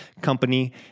company